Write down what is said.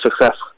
success